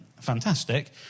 fantastic